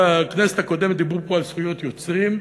בכנסת הקודמת דיברו פה על זכויות יוצרים.